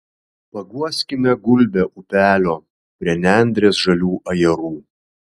paguoskime gulbę upelio prie nendrės žalių ajerų